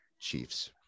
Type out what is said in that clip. chiefs